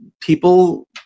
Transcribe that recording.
people